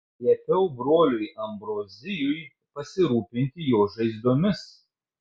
liepiau broliui ambrozijui pasirūpinti jo žaizdomis